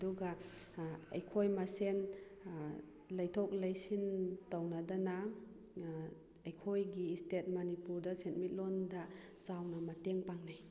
ꯑꯗꯨꯒ ꯑꯩꯈꯣꯏ ꯃꯁꯦꯟ ꯂꯩꯊꯣꯛ ꯂꯩꯁꯤꯟ ꯇꯧꯅꯗꯅ ꯑꯩꯈꯣꯏꯒꯤ ꯏꯁꯇꯦꯠ ꯃꯅꯤꯄꯨꯔꯗ ꯁꯦꯃꯤꯠꯂꯣꯟꯗ ꯆꯥꯎꯅ ꯃꯇꯦꯡ ꯄꯥꯡꯅꯩ